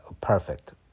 Perfect